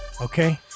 okay